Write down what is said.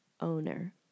owner